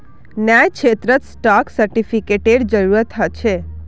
न्यायक्षेत्रत स्टाक सेर्टिफ़िकेटेर जरूरत ह छे